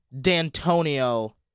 D'Antonio